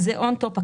זה בנוסף.